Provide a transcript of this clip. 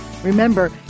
Remember